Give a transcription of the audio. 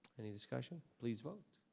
any discussion? please vote.